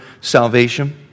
salvation